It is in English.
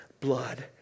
blood